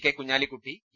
K Kunhalikutty E